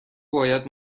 باید